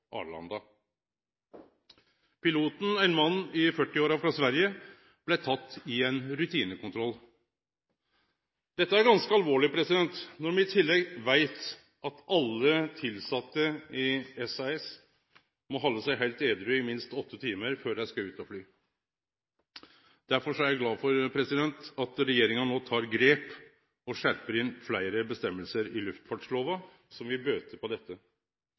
Piloten, ein mann i 40-åra frå Sverige, blei teken i ein rutinekontroll. Dette er ganske alvorleg, når me i tillegg veit at alle tilsette i SAS må halde seg heilt edrue i minst åtte timar før dei skal ut og fly. Derfor er eg glad for at regjeringa no tek grep og skjerper inn fleire føresegner i luftfartslova som vil bøte på dette.